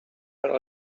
per